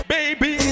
Baby